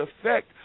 effect